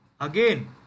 again